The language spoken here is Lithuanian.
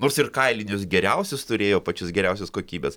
nors ir kailinius geriausius turėjo pačios geriausios kokybės